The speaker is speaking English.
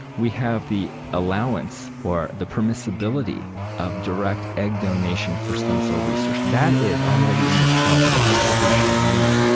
we have the allowance or the permissibility of direct egg donation for stem cell research. that is already, in itself, a controversial move,